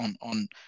on